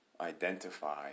Identify